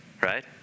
Right